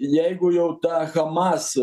jeigu jau ta hamas